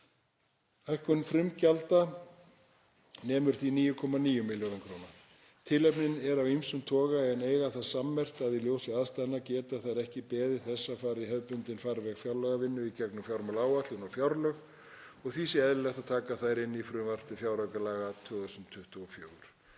Hækkun frumgjalda nemur því 9,9 milljörðum kr. Tilefnin eru af ýmsum toga en eiga það sammerkt að í ljósi aðstæðna geta þær ekki beðið þess að fara í hefðbundinn farveg fjárlagavinnu í gegnum fjármálaáætlun og fjárlög og því sé eðlilegt að taka þær inn í frumvarp til fjáraukalaga 2024.